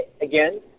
again